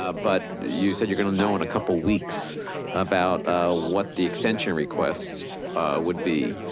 ah but you said you're gonna know in a couple weeks about what the extension requests would be.